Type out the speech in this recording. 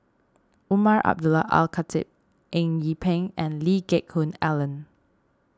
Umar Abdullah Al Khatib Eng Yee Peng and Lee Geck Hoon Ellen